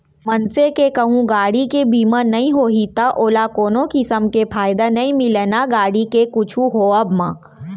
मनसे के कहूँ गाड़ी के बीमा नइ होही त ओला कोनो किसम के फायदा नइ मिलय ना गाड़ी के कुछु होवब म